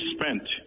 spent